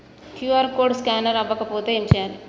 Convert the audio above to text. QR code scanner అవ్వకపోతే ఏం చేయాలి?